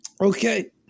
Okay